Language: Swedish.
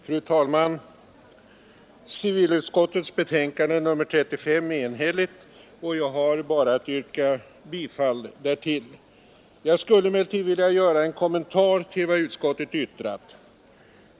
Fru talman! Civilutskottets betänkande nr 35 är enhälligt, och jag har bara att yrka bifall därtill. Jag skulle emellertid vilja göra en kommentar till vad utskottet yttrat.